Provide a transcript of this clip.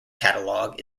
catalogue